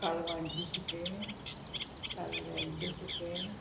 कालवांचें सुकें ताल्ल्यांचे सुकें